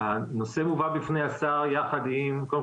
הנושא מובא בפני השר יחד עם קודם